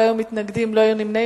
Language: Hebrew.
לא היו מתנגדים ולא היו נמנעים.